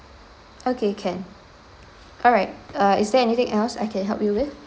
okay can alright uh is there anything else I can help you with